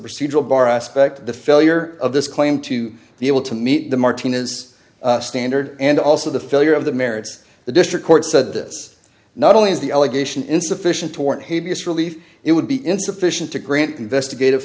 procedural bar aspect the failure of this claim to the able to meet the martina's standard and also the failure of the merits the district court said this not only is the allegation insufficient to warrant habeas relief it would be insufficient to grant investigative